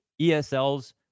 ESL's